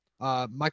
Michael